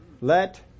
Let